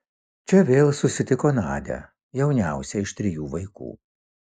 čia vėl susitiko nadią jauniausią iš trijų vaikų